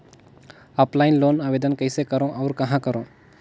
Offline loan आवेदन कइसे करो और कहाँ करो?